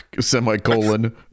semicolon